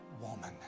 woman